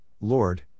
Lord